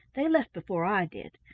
they left before i did.